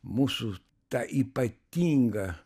mūsų tą ypatingą